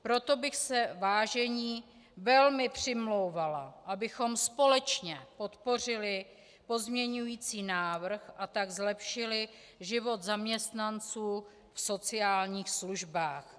Proto bych se, vážení, velmi přimlouvala, abychom společně podpořili pozměňující návrh, a tak zlepšili život zaměstnanců v sociálních službách.